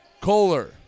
Kohler